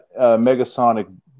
Megasonic